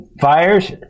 fires